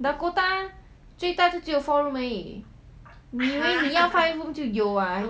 dakota 最大只有 four room 而已你以为你要 five room 就有 ah